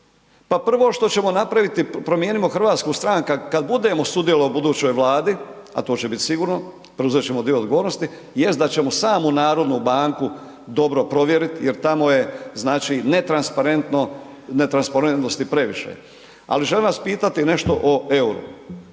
prvo što ćemo napraviti Promijenimo Hrvatsku stranka, kad budemo sudjelovali u budućoj vladi, a to će biti sigurno, preuzet ćemo dio odgovornosti, jest da ćemo samo HNB dobro provjeriti jer tamo je znači netransparentno, netransparentnosti previše. Ali želim vas pitati nešto o EUR-u,